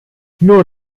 nur